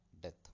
death